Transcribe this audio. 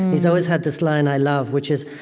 he's always had this line i love, which is,